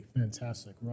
fantastic